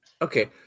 Okay